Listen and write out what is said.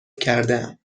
کردهام